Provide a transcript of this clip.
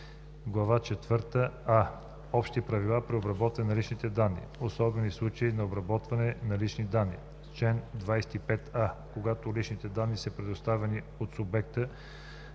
„а“ – Общи правила при обработване на лични данни. Особени случаи на обработване на лични данни“. Чл. 25а. Когато лични данни са предоставени от субекта